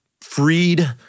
freed